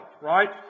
right